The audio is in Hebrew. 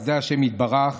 בחסדי ה' יתברך,